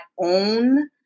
own